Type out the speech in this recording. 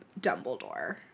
Dumbledore